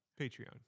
Patreon